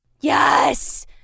Yes